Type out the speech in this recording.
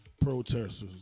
protesters